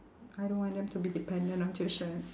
I don't want them to be dependent on tuition